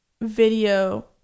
video